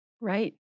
Right